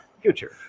Future